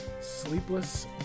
Sleepless